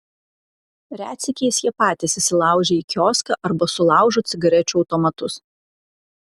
retsykiais jie patys įsilaužia į kioską arba sulaužo cigarečių automatus